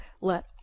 let